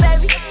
baby